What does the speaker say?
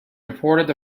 reported